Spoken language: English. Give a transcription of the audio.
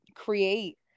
Create